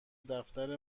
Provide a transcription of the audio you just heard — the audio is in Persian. دفتر